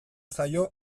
zaio